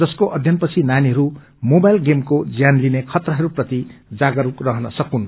जसको अध्ययन पछि नानीहरू मोबाईल गेमको ज्यान लिने खतराहस्प्रति जागरूक रहन सकून्